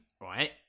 Right